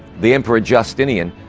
the emperor justinian,